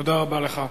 תודה רבה לך.